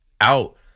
out